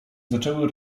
zaczęły